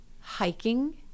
hiking